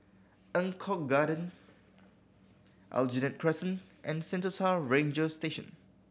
Eng Kong Garden Aljunied Crescent and Sentosa Ranger Station